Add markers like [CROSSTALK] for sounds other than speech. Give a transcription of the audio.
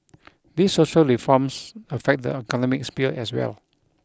[NOISE] these social reforms affect the economic sphere as well